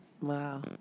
wow